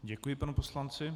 Děkuji panu poslanci.